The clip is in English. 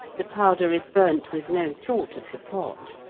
the powder is burnt with no thought of the pot.